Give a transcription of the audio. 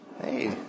Hey